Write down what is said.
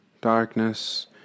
darkness